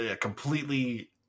completely